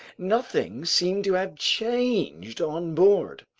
nothing seemed to have changed on board.